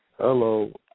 Hello